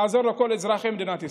נעזור לכל אזרחי מדינת ישראל.